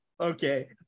Okay